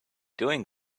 doing